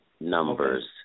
numbers